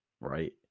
right